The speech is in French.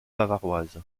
bavaroise